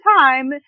time